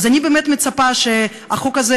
אז אני באמת מצפה שהחוק הזה,